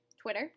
Twitter